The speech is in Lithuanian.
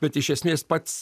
bet iš esmės pats